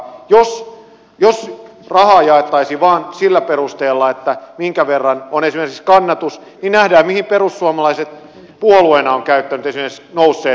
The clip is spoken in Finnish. jos rahaa jaettaisiin vain sillä perusteella minkä verran on esimerkiksi kannatus niin nähdään mihin perussuomalaiset puolueena on käyttänyt esimerkiksi nousseet puoluetuet